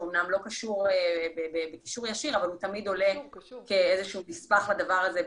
שהוא אמנם לא קשור בקשר ישיר אבל הוא תמיד עולה כאיזשהו נספח לדבר הזה,